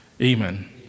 Amen